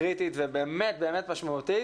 קריטית ובאמת באמת משמעותית.